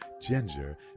ginger